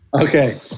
okay